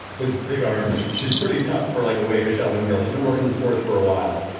with big arms. she's pretty tough for like a waifish, elven girl. she's been working this forge for a while.